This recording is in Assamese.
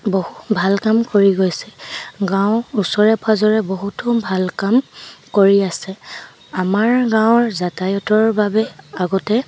বহু ভাল কাম কৰি গৈছে গাঁও ওচৰে পাজৰে বহুতো ভাল কাম কৰি আছে আমাৰ গাঁৱৰ যাতায়তৰ বাবে আগতে